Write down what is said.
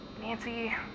Nancy